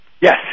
Yes